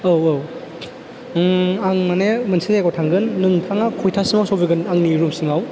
औ औ आं माने मोनसे जायगायाव थांगोन नोंथाङा खयथासिमाव सौफैगोन आंनि रुम सिङाव